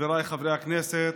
חבריי חברי הכנסת,